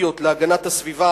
קריטיות להגנת הסביבה,